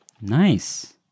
Nice